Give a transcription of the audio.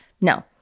No